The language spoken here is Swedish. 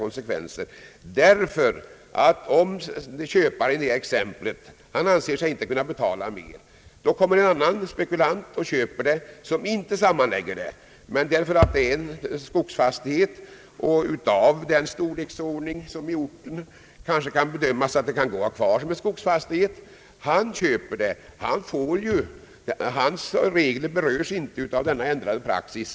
Om den som hade för avsikt att köpa fastigheten i detta fall inte anser sig kunna betala så mycket, köper en annan spekulant som inte sammanlägger fastigheterna därför att det är en fastighet av den storleksordningen att den med hänsyn till förhållandena i orten kan behållas som skogsfastighet. Denne köpare berörs inte av denna ändrade praxis.